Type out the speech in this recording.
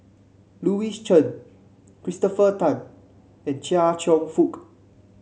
Louis Chen Christopher Tan and Chia Cheong Fook